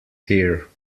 here